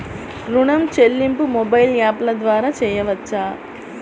ఋణం చెల్లింపు మొబైల్ యాప్ల ద్వార చేయవచ్చా?